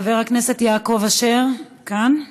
חבר הכנסת יעקב אשר כאן?